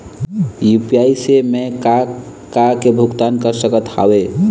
UPI से मैं का का के भुगतान कर सकत हावे?